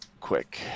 Quick